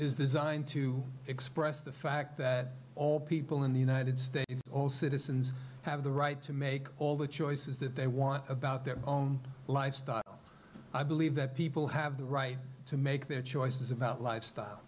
is designed to express the fact that all people in the united states citizens have the right to make all the choices that they want about their own lives i believe that people have the right to make their choices about lifestyle